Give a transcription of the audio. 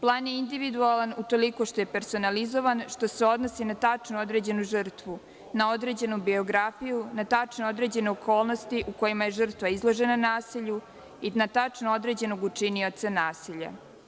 Plan je individualan utoliko što je personalizovan, što se odnosi na tačno određenu žrtvu, na određenu biografiju, na tačno određene okolnosti kojima je žrtva izložena nasilju i na tačno određenog učinioca nasilja.